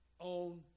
own